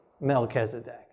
Melchizedek